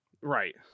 Right